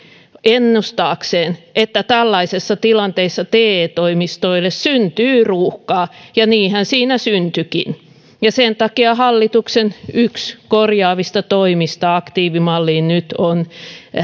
ennustaakseen että tällaisissa tilanteissa te toimistoille syntyy ruuhkaa ja niinhän siinä syntyikin ja sen takia hallituksen yksi korjaavista toimista aktiivimalliin on nyt